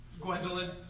Gwendolyn